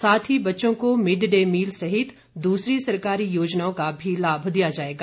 साथ ही बच्चों को मिड डे मील सहित दूसरी सरकारी योजनाओं का भी लाभ दिया जाएगा